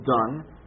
done